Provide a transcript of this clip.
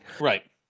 right